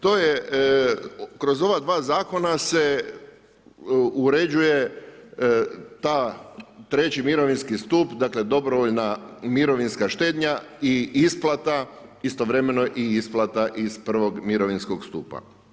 To je kroz ova dva zakona se uređuje taj treći mirovinski stup, dakle dobrovoljna mirovinska štednja i isplata, istovremeno i isplata iz prvog mirovinskog stupa.